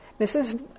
Mrs